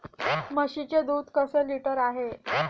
म्हशीचे दूध कसे लिटर आहे?